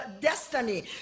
destiny